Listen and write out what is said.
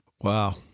Wow